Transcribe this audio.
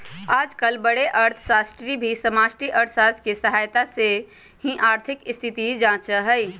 आजकल बडे अर्थशास्त्री भी समष्टि अर्थशास्त्र के सहायता से ही आर्थिक स्थिति जांचा हई